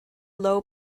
low